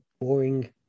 boring